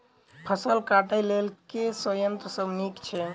फसल कटाई लेल केँ संयंत्र सब नीक छै?